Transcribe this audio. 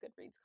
Goodreads